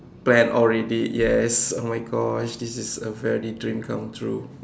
plan already yes oh my Gosh this is a very dream come true